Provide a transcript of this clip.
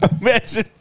Imagine